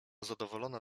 zadowolona